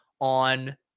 on